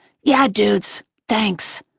yeah, dudes, thanks,